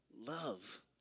love